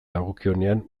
dagokionean